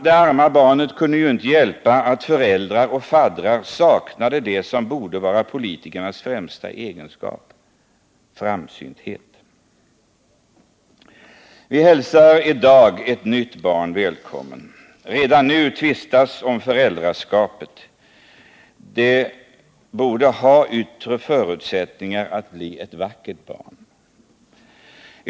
Det arma barnet kunde ju inte hjälpa att föräldrar och faddrar saknade det som borde vara politikers främsta egenskap, framsynthet. Vi hälsar i dag ett nytt barn välkommen. Redan nu tvistas om föräldraskapet. Det borde ha yttre förutsättningar att bli ett vackert barn.